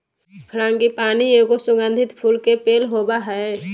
frangipani एगो सुगंधित फूल के पेड़ होबा हइ